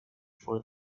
for